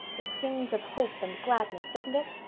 it sings of hope and gladness, doesn't it?